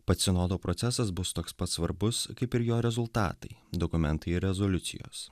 pats sinodo procesas bus toks pat svarbus kaip ir jo rezultatai dokumentai ir rezoliucijos